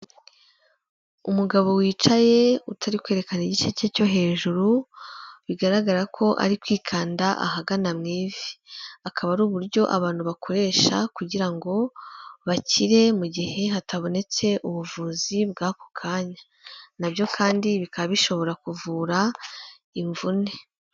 Umugabo wicaye utari kwerekana igice cye cyo hejuru bigaragara ko ari kwikanda ahagana mu ivi, akaba ari uburyo abantu bakoresha kugira ngo bakire mu gihe hatabonetse ubuvuzi bw'ako kanya, na byo kandi bikaba bishobora kuvura imvune.